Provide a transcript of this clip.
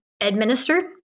Administered